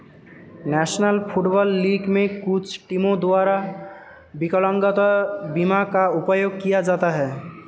national football league में कुछ टीमों द्वारा विकलांगता बीमा का उपयोग किया जाता है